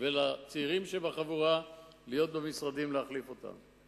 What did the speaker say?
ולצעירים שבחבורה להיות במשרדים, להחליף אותם.